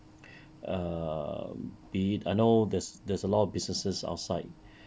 err be it I know there's there's a lot of businesses outside